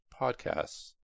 podcasts